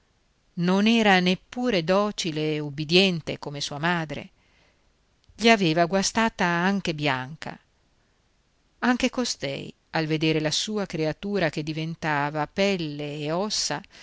non era neppure docile e ubbidiente come sua madre gli aveva guastata anche bianca anche costei al vedere la sua creatura che diventava pelle e ossa